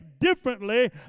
differently